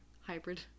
hybrid